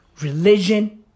religion